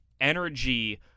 energy